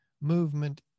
movement